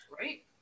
right